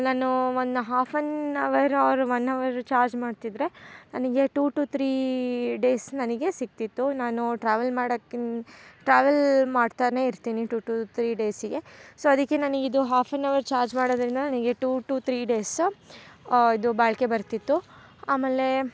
ನಾನು one half an hour or one hour charge ಮಾಡ್ತಿದ್ರೆ ನನಗೆ ಟೂ ಟು ತ್ರೀ ಡೇಸ್ ನನಗೆ ಸಿಕ್ತಿತ್ತು ನಾನು ಟ್ರಾವೆಲ್ ಮಾಡೋಕ್ಕಿನ್ನ ಟ್ರಾವೆಲ್ ಮಾಡ್ತಾನೆ ಇರ್ತೀನಿ ಟೂ ಟು ತ್ರೀ ಡೇಸಿಗೆ ಸೊ ಅದಕ್ಕೆ ನನಗೆ ಇದು ಹಾಫ್ ಅನ್ ಹವರ್ ಚಾರ್ಜ್ ಮಾಡೋದ್ರಿಂದ ನನಗೆ ಟೂ ಟು ತ್ರೀ ಡೇಸ್ ಇದು ಬಾಳಿಕೆ ಬರ್ತಿತ್ತು ಆಮೇಲೆ